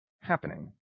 happening